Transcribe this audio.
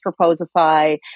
Proposify